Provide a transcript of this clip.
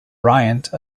bryant